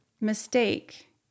mistake